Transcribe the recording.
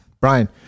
Brian